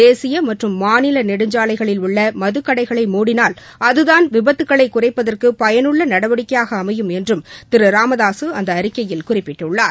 தேசிய மற்றும் மாநில நெடுஞ்சாலைகளில் உள்ள மதுக்கடைகளை மூடினால் அதுதான் விபத்துக்களை குறைப்பதற்கு பயனுள்ள நடவடிக்கையாக அமையும் என்றும் திரு ராமதாசு அந்த அறிக்கையில் குறிப்பிட்டுள்ளார்